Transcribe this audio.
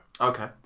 Okay